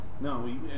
no